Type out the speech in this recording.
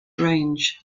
range